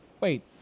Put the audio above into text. Wait